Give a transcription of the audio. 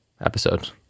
episode